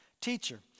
Teacher